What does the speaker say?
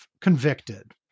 convicted